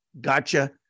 gotcha